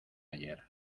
ayer